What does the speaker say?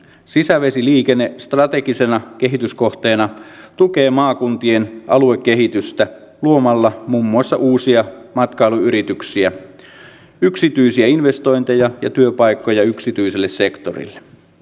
sisävesiliikenne strategisena kehityskohteena tukee maakuntien aluekehitystä luomalla muun muassa uusia matkailuyrityksiä yksityisiä investointeja ja työpaikkoja yksityiselle sektorille